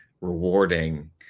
rewarding